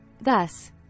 Thus